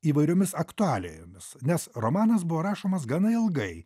įvairiomis aktualijomis nes romanas buvo rašomas gana ilgai